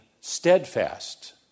steadfast